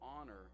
honor